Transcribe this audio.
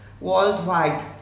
worldwide